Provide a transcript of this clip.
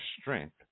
strength